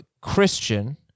Christian